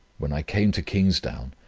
when i came to kingsdown,